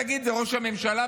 תגיד, זה ראש הממשלה?